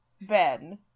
Ben